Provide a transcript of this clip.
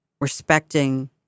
respecting